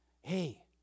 hey